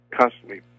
constantly